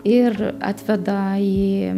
ir atveda į